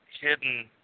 hidden